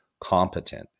competent